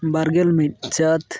ᱵᱟᱨᱜᱮᱞ ᱢᱤᱫ ᱪᱟᱹᱛ